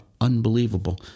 unbelievable